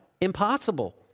impossible